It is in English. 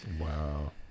Wow